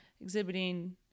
exhibiting